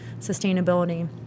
sustainability